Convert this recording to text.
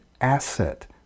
asset